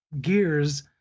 gears